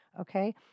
Okay